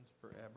forever